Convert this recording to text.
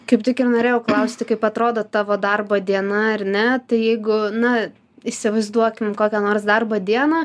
kaip tik ir norėjau klausti kaip atrodo tavo darbo diena ar ne tai jeigu na įsivaizduokim kokią nors darbo dieną